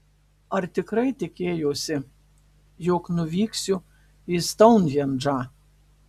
ar tikrai tikėjosi jog nuvyksiu į stounhendžą